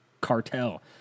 cartel